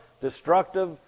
destructive